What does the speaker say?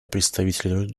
представителей